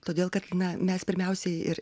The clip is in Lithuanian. todėl kad na mes pirmiausiai ir